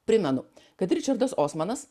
primenu kad ričardas osmanas